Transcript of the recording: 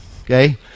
Okay